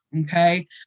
Okay